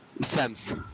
Sams